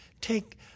Take